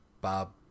Bob